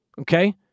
Okay